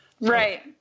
Right